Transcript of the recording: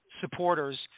supporters